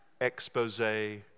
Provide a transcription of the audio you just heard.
expose